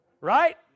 right